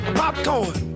popcorn